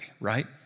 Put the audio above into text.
right